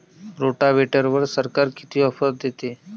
रोटावेटरवर सरकार किती ऑफर देतं?